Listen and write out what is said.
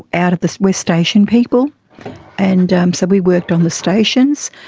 out of the we're station people and um so we worked on the stations.